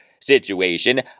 situation